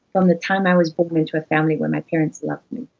from the time i was born into a family where my parents loved me.